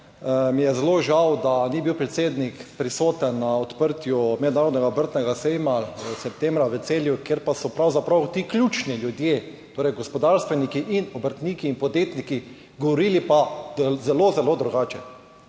Mi je zelo žal, da ni bil predsednik prisoten na odprtju mednarodnega obrtnega sejma septembra v Celju, kjer pa so pravzaprav ti ključni ljudje, torej gospodarstveniki in obrtniki in podjetniki govorili pa zelo, zelo drugače.